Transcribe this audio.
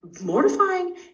mortifying